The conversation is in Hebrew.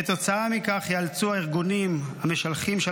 כתוצאה מכך ייאלצו הארגונים המשלחים של